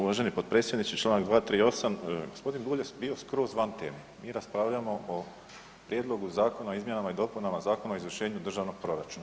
Uvaženi potpredsjedniče Članak 238., gospodin Bulj je bio skroz van teme, mi raspravljamo o Prijedlogu Zakona o izmjenama i dopunama Zakona o izvršenju državnog proračuna.